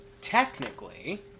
technically